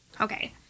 okay